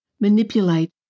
manipulate